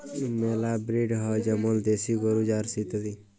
মেলা ব্রিড হ্যয় যেমল দেশি গরু, জার্সি ইত্যাদি